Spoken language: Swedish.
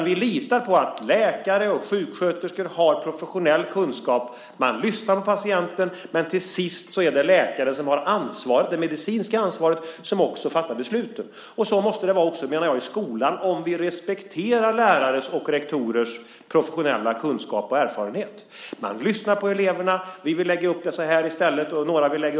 Vi litar på att läkare och sjuksköterskor har professionell kunskap. Man lyssnar på patienten, men till sist är det läkare som har det medicinska ansvaret och som också fattar besluten. Så måste det också vara i skolan om vi respekterar lärares och rektorers professionella kunskaper och erfarenhet. Man lyssnar på eleverna - några vill lägga upp det si och några så.